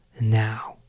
now